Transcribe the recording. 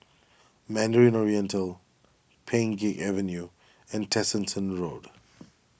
Mandarin Oriental Pheng Geck Avenue and Tessensohn Road